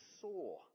saw